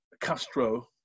Castro